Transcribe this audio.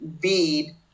bead